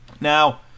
Now